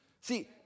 See